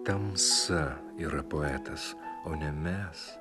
tamsa yra poetas o ne mes